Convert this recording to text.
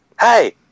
Hey